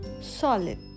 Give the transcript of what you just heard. solid